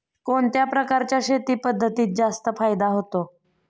कोणत्या प्रकारच्या शेती पद्धतीत जास्त फायदा होतो?